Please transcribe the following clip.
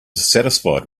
satisfied